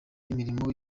imirimo